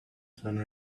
than